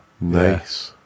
Nice